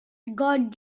god